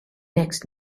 next